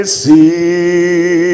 see